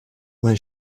when